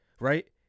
right